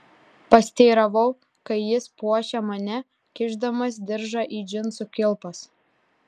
pasiteiravau kai jis puošė mane kišdamas diržą į džinsų kilpas